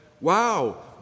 wow